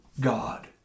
God